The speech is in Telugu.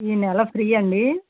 ఈ నెల ఫ్రీ అండి